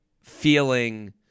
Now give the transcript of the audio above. feeling